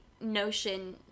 Notion